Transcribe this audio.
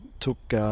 took